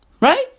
Right